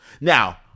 Now